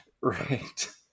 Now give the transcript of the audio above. Right